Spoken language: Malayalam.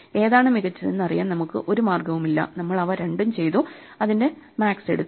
ഏതാണ് മികച്ചതെന്ന് അറിയാൻ നമുക്ക് ഒരു മാർഗവുമില്ല നമ്മൾ അവ രണ്ടും ചെയ്തുഅതിന്റെ മാക്സ് എടുത്തു